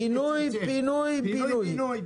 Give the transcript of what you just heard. "בינוי-פינוי-בינוי".